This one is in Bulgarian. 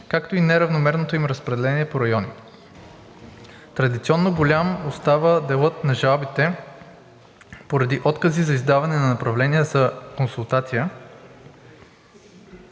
както и неравномерното им разпределение по райони. Традиционно голям остава делът на жалбите поради откази за издаване на направления за консултация